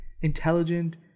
intelligent